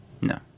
No